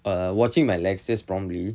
I'm watching my lessons promptly